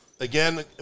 Again